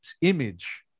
image